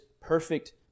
perfect